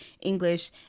English